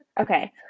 Okay